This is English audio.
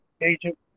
agent